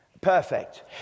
perfect